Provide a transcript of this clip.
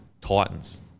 Titans